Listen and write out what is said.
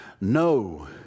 No